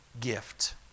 gift